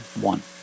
One